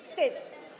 Wstyd.